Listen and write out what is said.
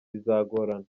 bizagorana